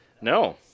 No